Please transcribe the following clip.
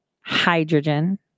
hydrogen